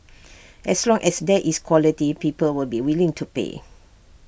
as long as there is quality people will be willing to pay